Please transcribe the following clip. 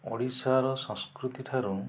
ଓଡ଼ିଶାର ସଂସ୍କୃତି ଠାରୁ